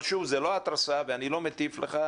אבל שוב, זה לא התרסה, ואני לא מטיף לך.